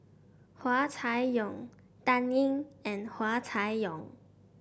Hua Chai Yong Dan Ying and Hua Chai Yong